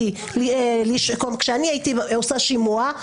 כשאני הייתי עושה שימוע,